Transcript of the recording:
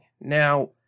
Now